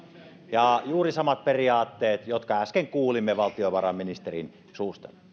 ja juuri samat periaatteet jotka äsken kuulimme valtiovarainministerin suusta